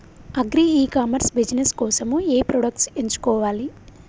Agri e commerce business కోసము ఏ products ఎంచుకోవాలి?